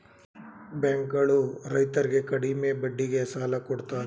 bank ಗಳು ರೈತರರ್ಗೆ ಕಡಿಮೆ ಬಡ್ಡಿಗೆ ಸಾಲ ಕೊಡ್ತಾರೆ